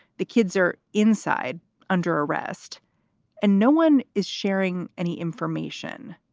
the kids are inside under arrest and no one is sharing any information